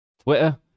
Twitter